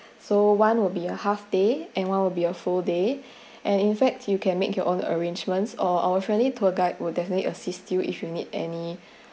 so one will be a half day and one will be a full day and in fact you can make your own arrangements or our friendly tour guide will definitely assist you if you need any